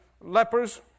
lepers